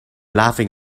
laughing